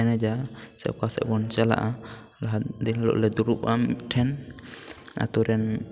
ᱮᱱᱮᱡᱟ ᱥᱮ ᱚᱠᱟ ᱥᱮᱫ ᱵᱚᱱ ᱪᱟᱞᱟᱜᱼᱟ ᱞᱟᱦᱟ ᱫᱤᱱ ᱦᱤᱞᱚᱜ ᱞᱮ ᱫᱩᱲᱩᱵᱼᱟ ᱢᱤᱫ ᱴᱷᱮᱱ ᱟᱛᱳ ᱨᱮᱱ